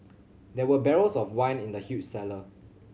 there were barrels of wine in the huge cellar